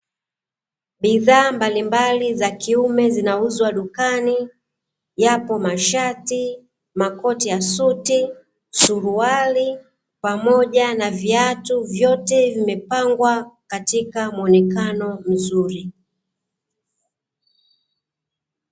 Bidhaa mbalimbaliza kiume zinauzwa dukani, yapo mashati, Makoti ya suti, Suruali pamoja na viatu, vyote vimepangwa katika muonekano mzuri.